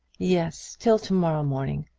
yes till to-morrow morning.